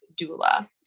doula